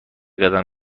قدم